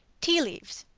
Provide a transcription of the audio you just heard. tea-leaves.